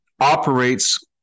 operates